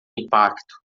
impacto